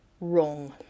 Wrong